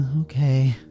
okay